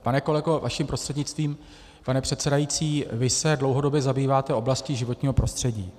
Pane kolego, vaším prostřednictvím, pane předsedající, vy se dlouhodobě zabýváte oblastí životního prostředí.